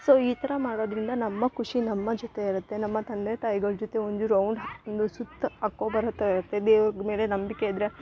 so ಈ ಥರ ಮಾಡೋದರಿಂದ ನಮ್ಮ ಖುಷಿ ನಮ್ಮ ಜೊತೆ ಇರುತ್ತೆ ನಮ್ಮ ತಂದೆ ತಾಯಿಗಳ ಜೊತೆ ಒಂದು ರೌಂಡ್ ಒಂದು ಸುತ್ತ ಇರುತ್ತೆ ದೇವ್ರ ಮೇಲೆ ನಂಬಿಕೆ ಇದ್ರೆ